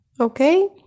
okay